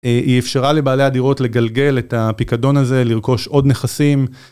היא אפשרה לבעלי הדירות לגלגל את הפיקדון הזה, לרכוש עוד נכסים.